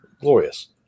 glorious